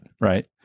Right